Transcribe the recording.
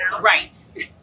Right